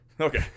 Okay